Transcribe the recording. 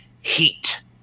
Heat